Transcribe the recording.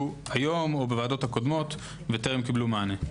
היום או בישיבות הקודמות וטרם קיבלו מענה.